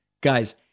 guys